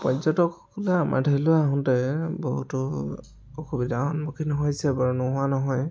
পৰ্য্যতকসকলে আমাৰ ঠাইলৈ আহোঁতে বহুতো অসুবিধাৰ সন্মুখীন হৈছে বাৰু নোহোৱা নহয়